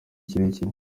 kirekire